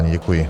Děkuji.